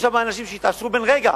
יש שם אנשים שיתעשרו בן-רגע,